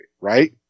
right